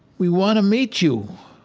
we want to meet you